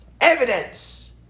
Evidence